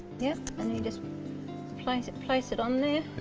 yep, and you just place it place it on